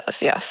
yes